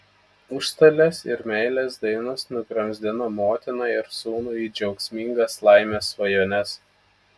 užstalės ir meilės dainos nugramzdina motiną ir sūnų į džiaugsmingas laimės svajones